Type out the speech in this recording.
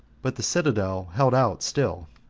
but the citadel held out still